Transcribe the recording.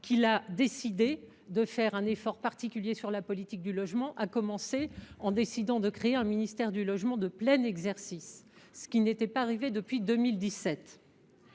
qu’il a décidé de faire un effort particulier sur la politique du logement, en prévoyant tout d’abord un ministère du logement de plein exercice, ce qui n’était pas arrivé depuis 2017.